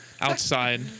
outside